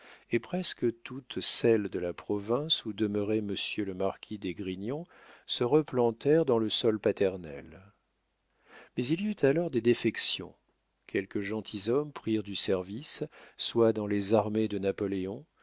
et presque toutes celles de la province où demeurait monsieur le marquis d'esgrignon se replantèrent dans le sol paternel mais il y eut alors des défections quelques gentilshommes prirent du service soit dans les armées de napoléon